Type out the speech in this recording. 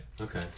Okay